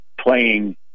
playing